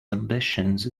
ambitions